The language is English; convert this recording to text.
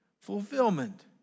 Fulfillment